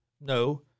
No